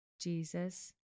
jesus